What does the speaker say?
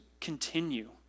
continue